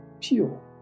pure